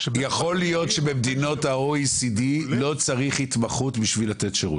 יכול להיות שבמדינות ה-OECD לא צריך התמחות בשביל לתת שירות.